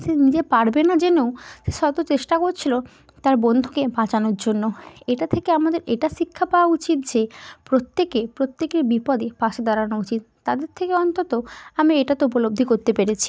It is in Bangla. সে নিজে পারবে না জেনেও শত চেষ্টা করছিল তার বন্ধুকে বাঁচানোর জন্য এটা থেকে আমাদের এটা শিক্ষা পাওয়া উচিত যে প্রত্যেকে প্রত্যেকের বিপদে পাশে দাঁড়ানো উচিত তাদের থেকে অন্তত আমি এটা তো উপলব্ধি করতে পেরেছি